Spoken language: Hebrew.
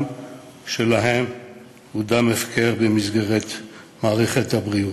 שלהם הוא דם הפקר במסגרת מערכת הבריאות.